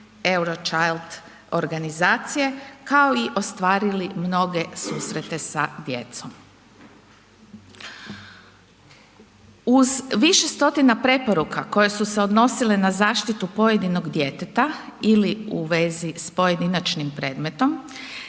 Eurochild organizacije, kao i ostvarili mnoge susrete sa djecom. Uz više stotina preporuka koje su se odnosile na zaštitu pojedinog djeteta ili u vezi s pojedinačnim predmetom,